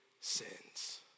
sins